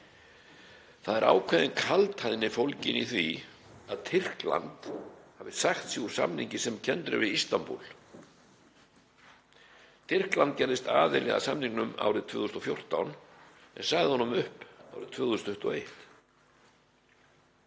Það er ákveðin kaldhæðni fólgin í því að Tyrkland hafi sagt sig úr samningi sem kenndur er við Istanbúl. Tyrkland gerðist aðili að samningnum árið 2014 en sagði honum upp árið 2021.